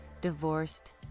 divorced